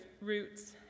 roots